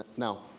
now,